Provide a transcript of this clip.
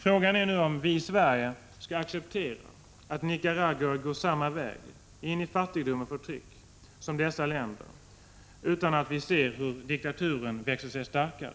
Frågan är nu om vi i Sverige skall acceptera att Nicaragua går samma väg — in i fattigdom och förtryck — som dessa länder, utan att vilja se hur diktaturen växer sig starkare.